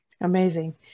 Amazing